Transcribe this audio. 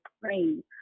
praying